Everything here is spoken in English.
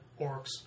orcs